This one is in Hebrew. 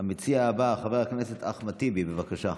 המציע הבא, חבר הכנסת אחמד טיבי, בבקשה.